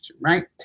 right